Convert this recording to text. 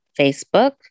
Facebook